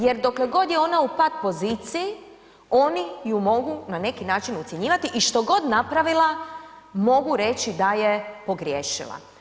Jer dokle god je ona u pat poziciji oni ju mogu na neki način ucjenjivati i što god napravila mogu reći da je pogriješila.